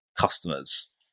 customers